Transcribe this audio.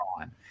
on